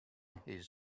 his